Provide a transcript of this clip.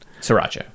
Sriracha